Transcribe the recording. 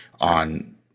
on